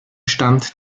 stand